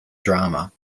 drama